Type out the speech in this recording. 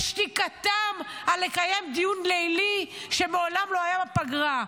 בשתיקתם על קיום דיון לילי שמעולם לא היה בפגרה.